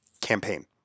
campaign